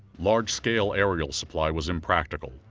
large-scale aerial supply was impractical,